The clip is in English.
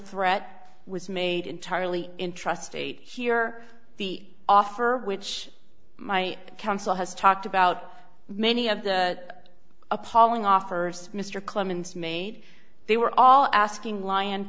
threat was made entirely in trust eight hear the offer which my counsel has talked about many of the appalling offers mr clemens made they were all asking lion